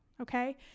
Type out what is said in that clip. okay